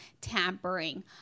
tampering